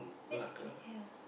that's K_L